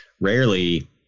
rarely